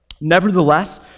Nevertheless